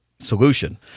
solution